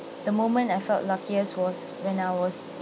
the moment I felt luckiest was when I was